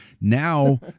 Now